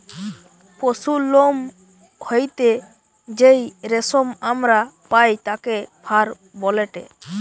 পশুর লোম হইতে যেই রেশম আমরা পাই তাকে ফার বলেটে